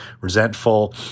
resentful